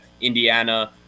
Indiana